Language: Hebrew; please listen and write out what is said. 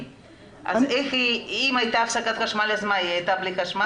אם הייתה הפסקת חשמל, היא הייתה בלי חמצן?